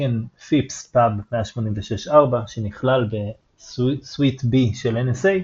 תקן FIPS PUB 186-4 שנכלל ב-Suite B של NSA,